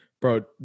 bro